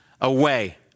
away